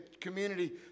community